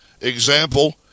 Example